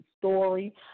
story